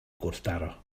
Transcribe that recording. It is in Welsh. gwrthdaro